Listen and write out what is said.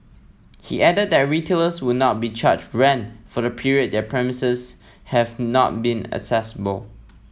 he added that retailers would not be charged rent for the period their premises have not been accessible